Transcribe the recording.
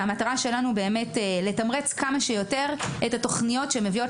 המטרה שלנו לתמרץ כמה שיותר את התוכניות שמביאות